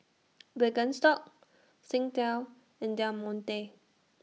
Birkenstock Singtel and Del Monte